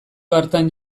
hartan